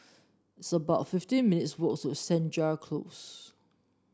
it's about fifty minutes' walk to Senja Close